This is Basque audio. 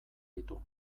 ditu